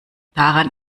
daran